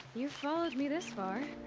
you followed me this far.